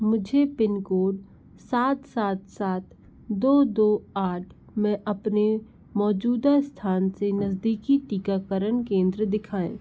मुझे pin code सात सात सात दो दो आठ में अपने मौजूदा स्थान से नज़दीकी टीकाकरण केंद्र दिखाएँ